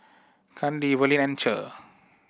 Kandi Verlin and Cher